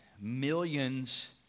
millions